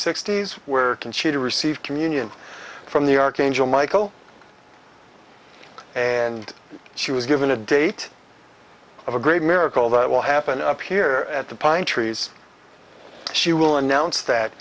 sixty's where conchita receive communion from the archangel michael and she was given a date of a great miracle that will happen up here at the pine trees she will announce that